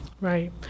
Right